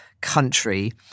country